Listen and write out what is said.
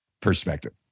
perspective